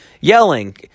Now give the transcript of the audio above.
yelling